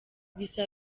bisa